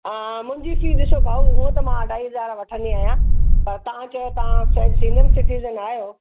मुंहिंजी फीस ॾिसो भाऊ हूंअं त मां अढाई हज़ार वठंदी आहिया पर तव्हां चओ था सिनियर सिटीज़न आहियो